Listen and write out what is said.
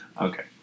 okay